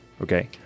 okay